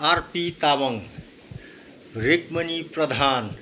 RP Tamang Regmani Pradhan